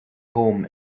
home